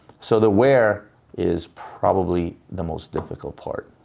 so, the where is probably the most difficult part,